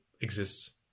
exists